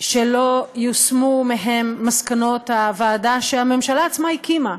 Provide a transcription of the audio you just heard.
שלא יושמו מהם מסקנות הוועדה שהממשלה עצמה הקימה,